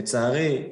לצערי,